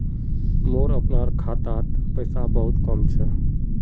मोर अपनार खातात पैसा बहुत कम छ